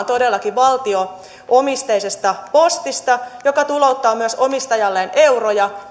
todellakin valtio omisteisesta postista joka tulouttaa myös omistajalleen euroja